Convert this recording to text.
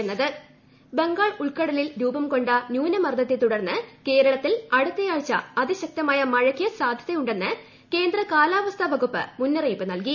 കൃകൃകൃകൃകൃകൃ കാലാവസ്ഥ ബംഗാൾ ഉൾക്കടലിൽ രൂപം കൊണ്ട ന്യൂനമർദ്ദത്തെത്തുടർന്ന് കേരളത്തിൽ അടുത്തയാഴ്ച അതിശക്തമായ മഴയ്ക്ക് സാധ്യതയുണ്ടെന്ന് കേന്ദ്ര കാലാവസ്ഥാ വകുപ്പ് മുന്നറിയിപ്പ് നൽകി